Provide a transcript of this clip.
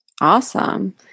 Awesome